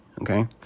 Okay